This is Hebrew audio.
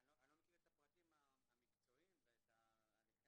אני לא מכיר את הפרטים המקצועיים ואת הליכי